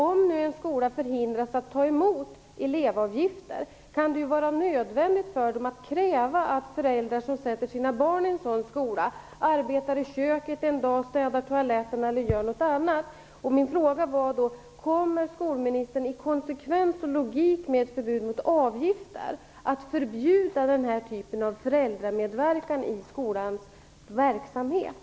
Om en skola förhindras att ta emot elevavgifter kan det vara nödvändigt att kräva att föräldrar som sätter sina barn i en sådan skola arbetar i köket en dag, städar toaletter eller gör något annat. Min fråga var: Kommer skolministern i konsekvens och logik med förbudet mot avgifter också att förbjuda den här typen av föräldramedverkan i skolans verksamhet?